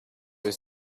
was